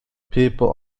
people